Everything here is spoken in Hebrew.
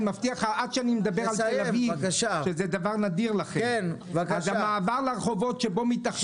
אני רואה שאתה משליט את זה בצורה טובה ודמוקרטית,